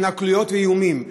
התנכלויות ואיומים.